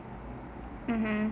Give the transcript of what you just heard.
mm